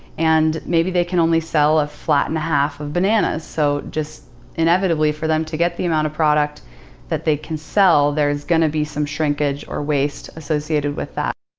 and maybe they can only sell a flat and a half of bananas. so just inevitably, for them to get the amount of product that they can sell, there is gonna be some shrinkage or waste associated with that.